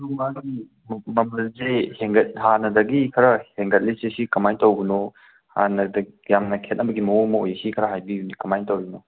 ꯀꯔꯝꯀꯥꯟꯗꯒꯤ ꯃꯃꯜꯁꯦ ꯍꯦꯟꯒꯠ ꯍꯥꯟꯅꯗꯒꯤ ꯈꯔ ꯍꯦꯟꯒꯠꯂꯤꯁꯦ ꯁꯤ ꯀꯃꯥꯏꯅ ꯇꯧꯕꯅꯣ ꯍꯥꯟꯅꯗꯒꯤ ꯌꯥꯝꯅ ꯈꯦꯠꯅꯕꯒꯤ ꯃꯑꯣꯡ ꯑꯃ ꯎꯏ ꯁꯤ ꯈꯔ ꯍꯥꯏꯕꯤꯌꯨꯅꯦ ꯀꯃꯥꯏꯅ ꯇꯧꯔꯤꯅꯣ